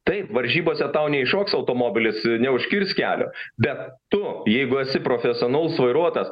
taip varžybose tau neiššoks automobilis neužkirs kelio bet tu jeigu esi profesionalus vairuotojas